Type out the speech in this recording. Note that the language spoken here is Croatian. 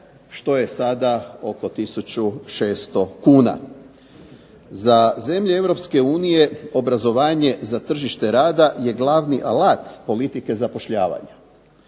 što je sada oko tisuću 600 kuna. Za zemlje Europske unije obrazovanje za tržište rada je glavni alat politike zapošljavanja.